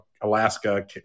Alaska